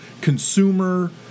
consumer